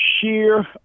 sheer